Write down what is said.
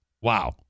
Wow